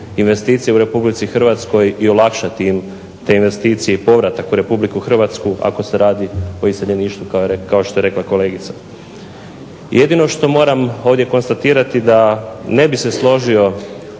investicija u Republici Hrvatskoj i olakšati im te investicije i povratak u Republiku Hrvatsku ako se radi o iseljeništvu kao što je rekla kolegica. Jedino što moram ovdje konstatirati da ne bih se složio